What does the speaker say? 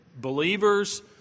Believers